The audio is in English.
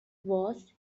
was